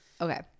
Okay